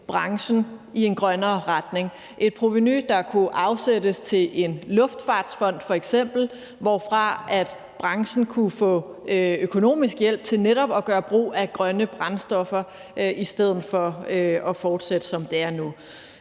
branchen i en grønnere retning; et provenu, der kunne afsættes til f.eks. en luftfartsfond, hvorfra branchen kunne få økonomisk hjælp til netop at gøre brug af grønne brændstoffer i stedet for at fortsætte, som det er nu.